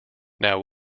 now